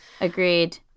Agreed